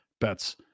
bets